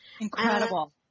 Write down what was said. incredible